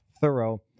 thorough